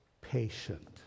patient